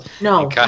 no